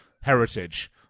heritage